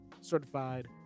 certified